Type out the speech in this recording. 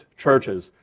churches,